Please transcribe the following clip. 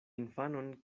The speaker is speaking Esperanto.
infanon